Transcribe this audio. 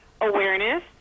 awareness